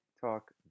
talk